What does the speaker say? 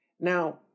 Now